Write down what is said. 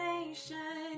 Nation